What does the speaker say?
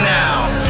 now